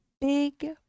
big